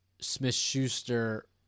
Smith-Schuster